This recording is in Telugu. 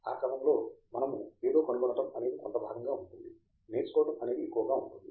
ఆ క్రమములో మనము ఎదో కనుగొనడం అనేది కొంత భాగం గా ఉంటుంది నేర్చుకోవడం అనేది ఎక్కువగా ఉంటుంది